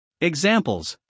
Examples